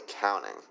counting